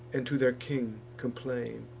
and to their king complain.